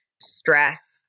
stress